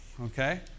Okay